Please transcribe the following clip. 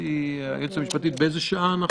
גברתי היועצת המשפטית, באיזו שעה?